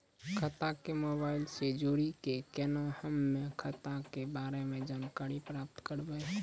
खाता के मोबाइल से जोड़ी के केना हम्मय खाता के बारे मे जानकारी प्राप्त करबे?